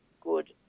good